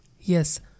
Yes